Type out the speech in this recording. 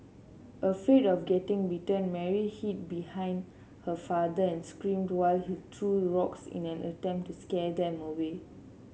afraid of getting bitten Mary hid behind her father and screamed while he threw rocks in an attempt to scare them away